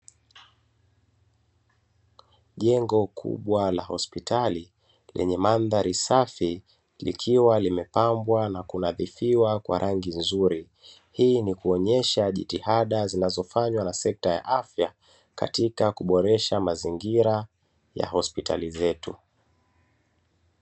Jengo kubwa la hospitali lenye mandhari safi likiwa limepambwa na kunadithiwa kwa rangi nzuri, hii inaonesha jitihada zinazofanywa na sekta ya afya katika kuboresha hospitali zetu.